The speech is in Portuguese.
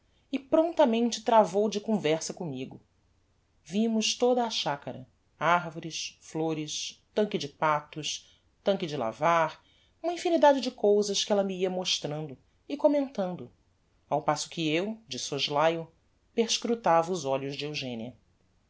e promptamente travou de conversa commigo vimos toda a chacara arvores flores tanque de patos tanque de lavar uma infinidade de cousas que ella me ia mostrando e commentando ao passo que eu de soslaio perscrutava os olhos de eugenia